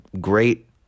great